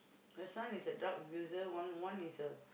your son is a drug abuser one one is a